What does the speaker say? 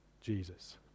Jesus